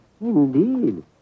Indeed